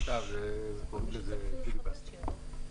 סתם, קוראים לזה פיליבסטר.